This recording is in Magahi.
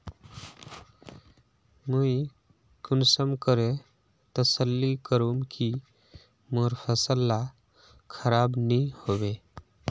मुई कुंसम करे तसल्ली करूम की मोर फसल ला खराब नी होबे?